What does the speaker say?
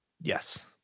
Yes